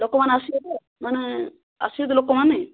ଲୋକ ମାନେ ଆସିବେ ତ ମାନେ ଆସିବେ ତ ଲୋକ ମାନେ